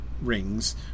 rings